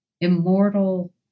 immortal